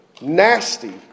Nasty